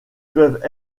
peuvent